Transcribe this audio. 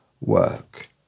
work